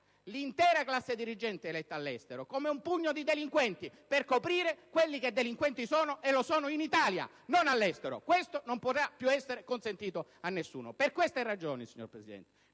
l'intera classe dirigente eletta all'estero come un pugno di delinquenti per coprire quelli che sono realmente delinquenti, e lo sono in Italia, non all'estero. Questo non potrà più essere consentito a nessuno! Per queste ragioni, signor Presidente,